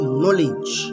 knowledge